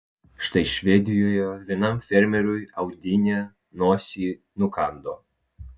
štai švedijoje vienam fermeriui audinė nosį nukando